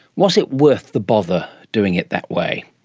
was it worth the bother, doing it that way?